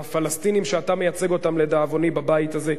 הפלסטינים שאתה מייצג אותם לדאבוני בבית הזה,